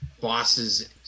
bosses